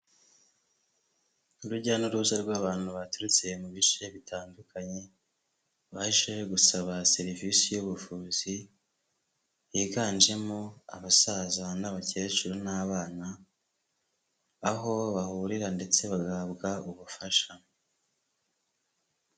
Urujya n'uruza rw'abantu baturutse mu bice bitandukanye baje gusaba serivisi y'ubuvuzi higanjemo abasaza n'abakecuru n'abana, aho bahurira ndetse bagahabwa ubufasha.